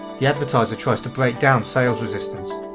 the advertiser tries to break down sales resistance.